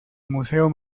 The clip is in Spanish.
museo